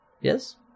Yes